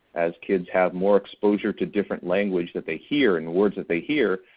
as kids have more exposure to different language that they hear and words that they hear,